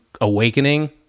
awakening